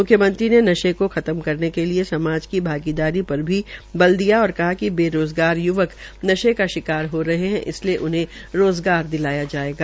म्ख्यमंत्री ने नशे को खत्म करने के लिये समाज की भागीदारी पर भी बल दिया और कहा कि बेरोज़गार युवक नशे का शिकार हो रहे है इसलिये उन्हें रोज़गार दिलाया जायेगा